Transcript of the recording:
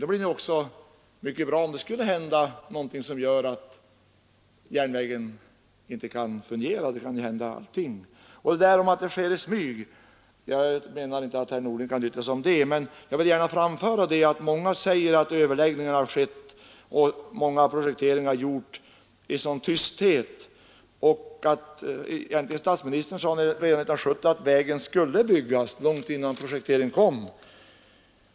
Då skulle det vara bra att ha vägen där om järnvägen av någon anledning sattes ur funktion. Jag begär inte att herr Norling skall yttra sig i frågan om här har skett någonting i smyg, men jag vill gärna framföra att många anser att överläggningarna och projekteringarna skett i tysthet. Statsministern sade redan 1970 att vägen skulle byggas, alltså långt innan projekteringen påbörjats.